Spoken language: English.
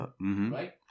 Right